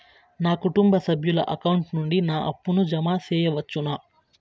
నా కుటుంబ సభ్యుల అకౌంట్ నుండి నా అప్పును జామ సెయవచ్చునా?